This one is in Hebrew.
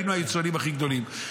היינו היצואנים הכי גדולים.